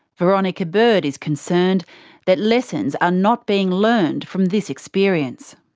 veronica bird is concerned that lessons are not being learned from this experience.